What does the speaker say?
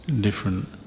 different